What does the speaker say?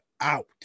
out